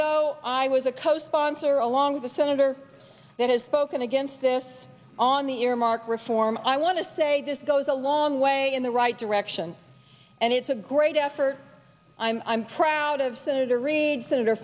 though i was a co sponsor along with a senator that has spoken against this on the earmark reform i want to say this goes a long way in the right direction and it's a great effort i'm proud of senator reid senator